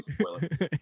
spoilers